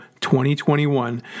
2021